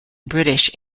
british